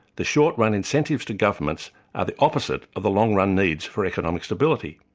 the short-run incentives to governments are the opposite of the long-run needs for economic stability.